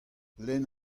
lenn